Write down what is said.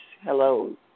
Hello